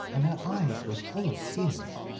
and her eyes were full of tears.